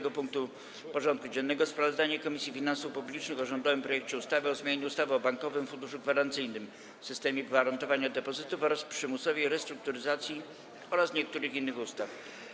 Powracamy do rozpatrzenia punktu 10. porządku dziennego: Sprawozdanie Komisji Finansów Publicznych o rządowym projekcie ustawy o zmianie ustawy o Bankowym Funduszu Gwarancyjnym, systemie gwarantowania depozytów oraz przymusowej restrukturyzacji oraz niektórych innych ustaw.